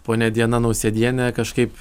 ponia diana nausėdienė kažkaip